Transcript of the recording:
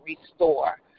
restore